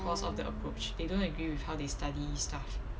cause of the approach they don't agree with how they study stuff